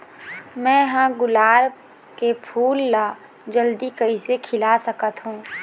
मैं ह गुलाब के फूल ला जल्दी कइसे खिला सकथ हा?